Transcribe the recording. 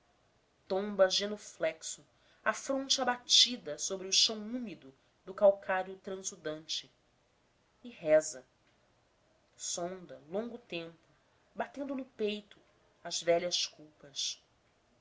bandoleira tomba genuflexo a fronte abatida sobre o chão úmido do calcário transudante e reza sonda longo tempo batendo no peito as velhas culpas